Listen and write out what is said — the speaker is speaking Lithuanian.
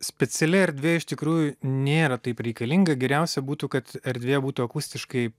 speciali erdvė iš tikrųjų nėra taip reikalinga geriausia būtų kad erdvė būtų akustiškai